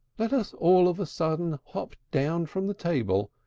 let us all of a sudden hop down from the table,